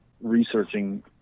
researching